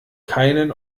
keinen